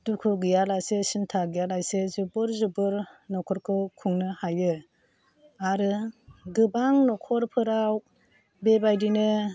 दुखु गैयालासे सिनथा गैयालासे जुबुर जुबुर नखरखौ खुंनो हायो आरो गोबां नखरफोराव बेबादिनो